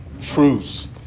truths